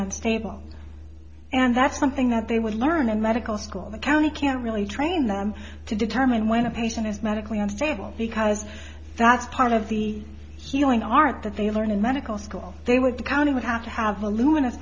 unstable and that's something that they would learn in medical school the county can't really train them to determine when a patient is medically unstable because that's part of the healing aren't that they learn in medical school they would the county would have to have a lu